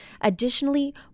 Additionally